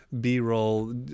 B-roll